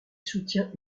soutient